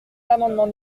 l’amendement